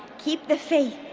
keep the faith.